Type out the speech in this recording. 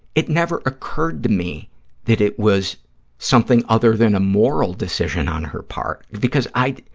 it never occurred to me that it was something other than a moral decision on her part, because i,